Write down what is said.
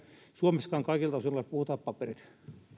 suomessakaan kaikilta osin ole puhtaat paperit